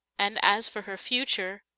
and as for her future,